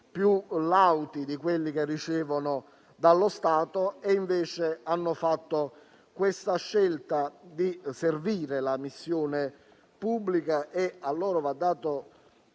più lauti di quelli che ricevono dallo Stato. Essi hanno invece scelto di servire la missione pubblica e a loro vanno